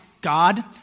God